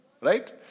Right